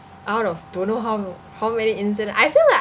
out of don't know how ma~ how many incide~ I feel like